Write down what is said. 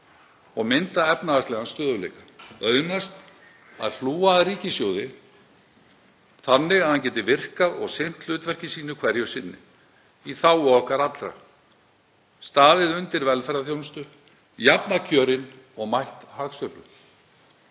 og mynda efnahagslegan stöðugleika. Auðnast að hlúa að ríkissjóði þannig að hann geti virkað og sinnt hlutverki sínu hverju sinni, í þágu okkar allra, staðið undir velferðarþjónustu, jafnað kjörin og mætt hagsveiflum.